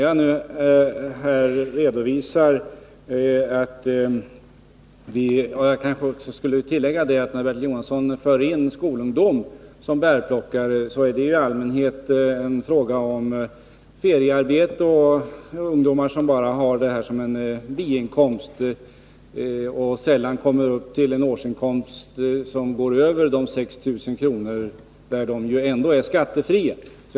Jag vill också göra ett tillägg när Bertil Jonasson nämner skolungdomar 13 som bärplockare, Det är då i allmänhet fråga om feriearbete och biinkomster. Ungdomarna kommer sällan upp till inkomster över 6 000 kr. per år, som ju är det skattefria beloppet.